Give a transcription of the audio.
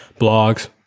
blogs